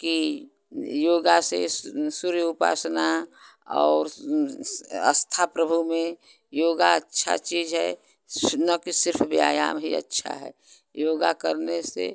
कि योग से सूर्य उपासना और आस्था प्रभु में योग अच्छा चीज है न कि सिर्फ व्यायाम ही अच्छा है योगा करने से